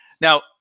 Now